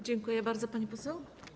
Dziękuję bardzo, pani poseł.